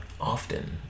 often